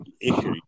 issue